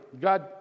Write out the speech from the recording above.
God